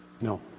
No